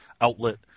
outlet –